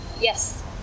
Yes